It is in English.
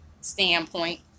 standpoint